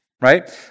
right